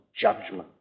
judgment